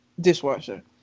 dishwasher